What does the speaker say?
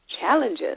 challenges